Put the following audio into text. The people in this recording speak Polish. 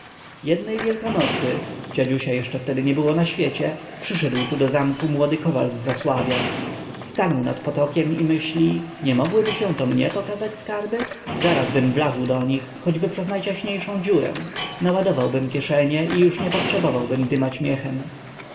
jednej wielkanocy dziadusia jeszcze wtedy nie było na świecie przyszedł tu do zamku młody kowal z zasławia stanął nad potokiem i myśli nie mogłyby się to mnie pokazać skarby zarazbym wlazł do nich choćby przez najciaśniejszą dziurę naładowałbym kieszenie i już nie potrzebowałbym dymać miechem